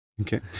Okay